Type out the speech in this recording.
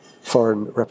foreign